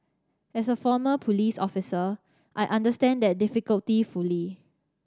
as a former police officer I understand that difficulty fully